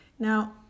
Now